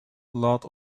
laat